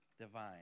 divine